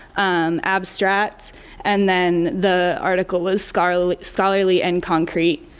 um abstract and then the article was scholarly scholarly and concrete,